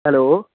hello